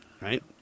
right